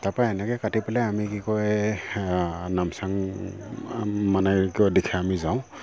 তাপা এনেকৈ কাটি পেলাই আমি কি কয় নামচাং মানে কি কয় দিশে আমি যাওঁ